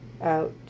out